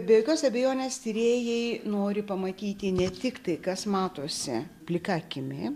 be jokios abejonės tyrėjai nori pamatyti ne tik tai kas matosi plika akimi